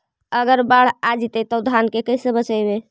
अगर बाढ़ आ जितै तो धान के कैसे बचइबै?